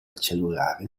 cellulari